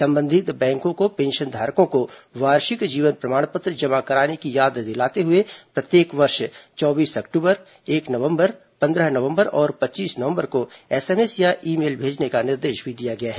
संबंधित बैंकों को पेंशनधारकों को वार्षिक जीवन प्रमाण पत्र जमा कराने की याद दिलाते हुए प्रत्येक वर्ष चौबीस अक्टूबर एक नवम्बर पंद्रह नवम्बर और पच्चीस नवम्बर को एसएमएस या ईमेल भेजने का निर्देश दिया गया है